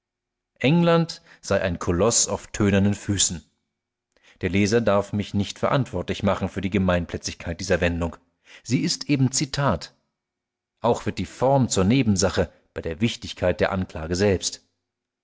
england sei ein koloß auf tönernen füßen der leser darf mich nicht verantwortlich machen für die gemeinplätzigkeit dieser wendung sie ist eben zitat auch wird die form zur nebensache bei der wichtigkeit der anklage selbst